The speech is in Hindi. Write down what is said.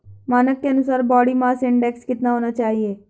मानक के अनुसार बॉडी मास इंडेक्स कितना होना चाहिए?